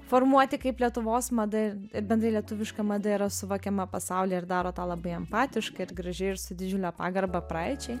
formuoti kaip lietuvos mada ir bendrai lietuviška mada yra suvokiama pasaulyje ir daro tą labai empatiškai ir gražiai ir su didžiule pagarba praeičiai